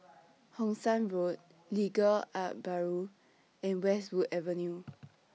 Hong San Walk Legal Aid Bureau and Westwood Avenue